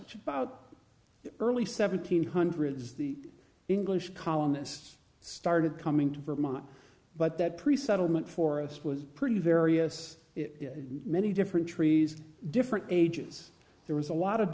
which about early seventeen hundreds the english columnist started coming to vermont but that pre settlement forest was pretty various many different trees different ages there was a lot of